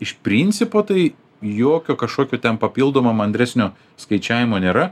iš principo tai jokio kažkokio ten papildomo mandresnio skaičiavimo nėra